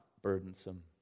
Burdensome